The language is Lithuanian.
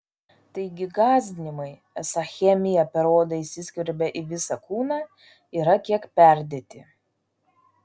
taigi gąsdinimai esą chemija per odą įsiskverbia į visą kūną yra kiek perdėti